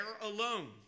alone